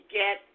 get